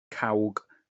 cawg